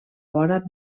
vora